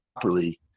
properly